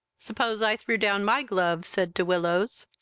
suppose i threw down my glove, said de willows.